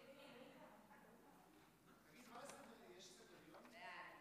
אינו נוכח, חבר הכנסת ולדימיר בליאק,